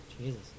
Jesus